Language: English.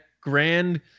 grand